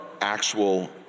actual